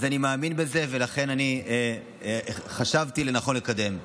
ואני מאמין בזה, ולכן ראיתי לנכון לקדם אותו.